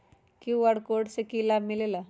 QR code से कि कि लाव मिलेला?